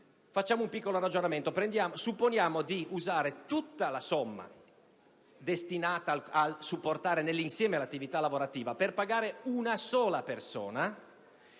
Facciamo un piccolo ragionamento. Supponiamo di usare tutta la somma destinata a supportare nell'insieme l'attività parlamentare per pagare una sola persona.